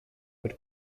per